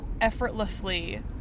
effortlessly